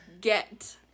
get